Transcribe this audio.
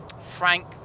Frank